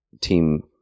Team